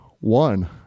one